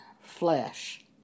flesh